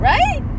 Right